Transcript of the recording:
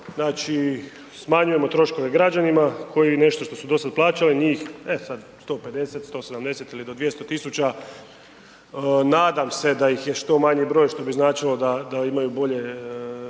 znači, smanjujemo troškove građanima koji nešto što su dosad plaćali njih, e sad 150, 170 ili do 200 tisuća, nadam se da ih je što manji broj što bi značilo da imaju bolje